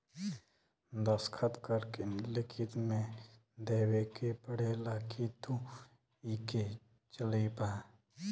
दस्खत करके लिखित मे देवे के पड़ेला कि तू इके चलइबा